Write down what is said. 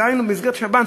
דהיינו מסגרת שב"ן.